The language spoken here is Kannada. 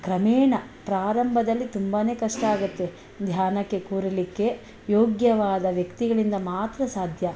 ಕ್ರಮೇಣ ಪ್ರಾರಂಭದಲ್ಲಿ ತುಂಬನೇ ಕಷ್ಟ ಆಗುತ್ತೆ ಧ್ಯಾನಕ್ಕೆ ಕೂರಲಿಕ್ಕೆ ಯೋಗ್ಯವಾದ ವ್ಯಕ್ತಿಗಳಿಂದ ಮಾತ್ರ ಸಾಧ್ಯ